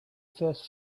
first